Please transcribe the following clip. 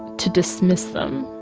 to dismiss them,